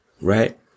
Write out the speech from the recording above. right